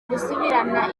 gusubirana